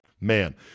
Man